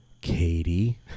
Katie